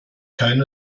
keine